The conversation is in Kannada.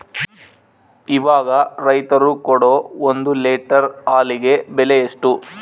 ಇವಾಗ ರೈತರು ಕೊಡೊ ಒಂದು ಲೇಟರ್ ಹಾಲಿಗೆ ಬೆಲೆ ಎಷ್ಟು?